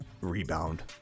rebound